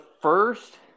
first –